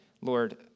Lord